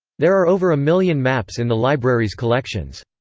there are over a million maps in the library's collections.